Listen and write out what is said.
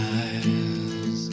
eyes